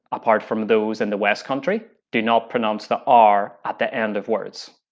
apart from those in the west country, do not pronounce the r at the end of words,